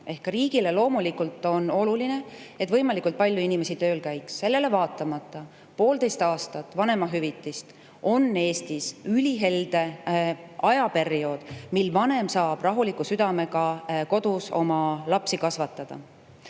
ehk riigi jaoks loomulikult on oluline, et võimalikult palju inimesi tööl käiksid. Sellele vaatamata – 1,5 aastat vanemahüvitist on Eestis ülihelde ajaperiood, mil vanem saab rahuliku südamega kodus oma lapsi kasvatada.